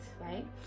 right